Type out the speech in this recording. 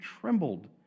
trembled